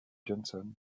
johnson